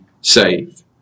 saved